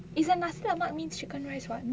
isn't nasi lemak means chicken rice [what]